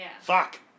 Fuck